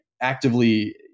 actively